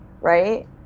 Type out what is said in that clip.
right